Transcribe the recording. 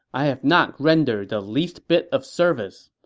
i have not rendered the least bit of service.